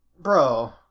Bro